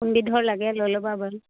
কোনবিধৰ লাগে লৈ ল'বা